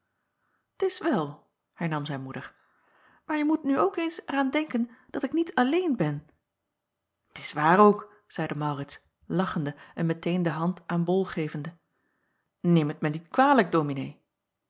t is wel hernam zijn moeder maar je moet nu ook eens er aan denken dat ik niet alleen ben t is waar ook zeide maurits lachende en meteen de hand aan bol gevende neem het mij niet kwalijk dominee